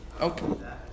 Okay